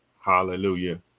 Hallelujah